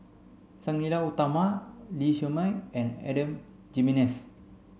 Sang Nila Utama Lee Shermay and Adan Jimenez